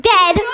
Dead